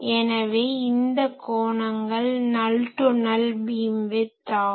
எனவே இந்த கோணங்கள் நல் டு நல் பீம்விட்த் ஆகும்